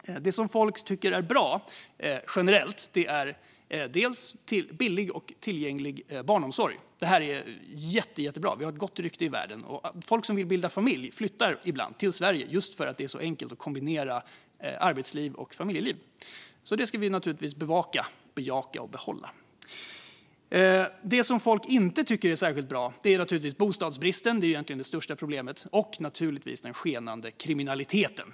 Det som folk tycker är bra, generellt, är bland annat den billiga och tillgängliga barnomsorgen. Det är jättebra. Vi har ett gott rykte i världen, och folk som vill bilda familj flyttar ibland till Sverige just för att det är så enkelt att kombinera arbetsliv och familjeliv. Det ska vi naturligtvis bevaka, bejaka och behålla. Det som folk inte tycker är särskilt bra är naturligtvis bostadsbristen - det är egentligen det största problemet - och den skenande kriminaliteten.